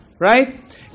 Right